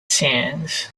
sands